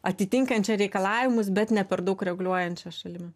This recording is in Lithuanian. atitinkančia reikalavimus bet ne per daug reguliuojančia šalimi